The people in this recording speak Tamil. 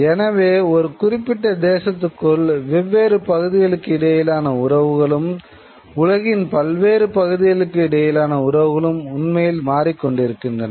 எனவே ஒரு குறிப்பிட்ட தேசத்திற்குள் வெவ்வேறு பகுதிகளுக்கு இடையிலான உறவுகளும் உலகின் பல்வேறு பகுதிகளுக்கு இடையிலான உறவுகளும் உண்மையில் மாறிக்கொண்டிருக்கின்றன